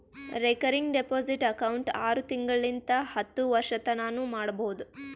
recurring deposit account ಆರು ತಿಂಗಳಿಂತ್ ಹತ್ತು ವರ್ಷತನಾನೂ ಮಾಡ್ಬೋದು